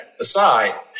aside